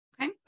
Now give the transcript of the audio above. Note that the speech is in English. Okay